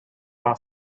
our